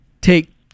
take